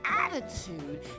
attitude